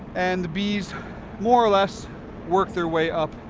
and the bees more or less work their way up,